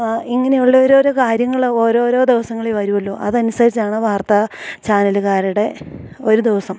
ഇങ്ങനെയുള്ള ഓരോരോ കാര്യങ്ങള് ഓരോരോ ദിവസങ്ങളിൽ വരുമല്ലോ അതനുസരിച്ചാണ് വാർത്താ ചാനലുകാരുടെ ഒരു ദിവസം